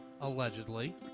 allegedly